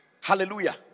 Hallelujah